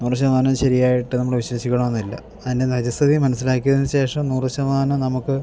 നൂറു ശതമാനവും ശരിയായിട്ട് നമ്മൾ വിശ്വസിക്കണമെന്നില്ല അതിന് നിജസ്ഥിതി മനസ്സിലാക്കിയതിനുശേഷം നൂറു ശതമാനം നമുക്ക്